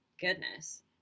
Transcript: goodness